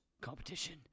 competition